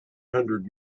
hundred